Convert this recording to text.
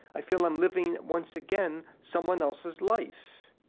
i feel i'm living, once again, someone else's life.